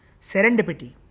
Serendipity